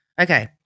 Okay